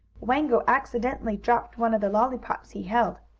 wango accidentally dropped one of the lollypops he held.